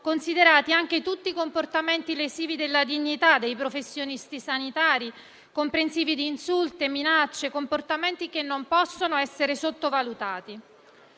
considerati anche tutti i comportamenti lesivi della dignità dei professionisti sanitari, comprensivi di insulti e minacce; comportamenti che non possono essere sottovalutati.